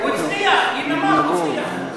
הוא הצליח, ביממה הוא הצליח.